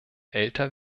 älter